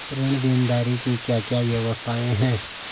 ऋण देनदारी की क्या क्या व्यवस्थाएँ हैं?